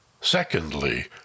Secondly